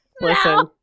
listen